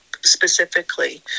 specifically